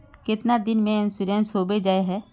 कीतना दिन में इंश्योरेंस होबे जाए है?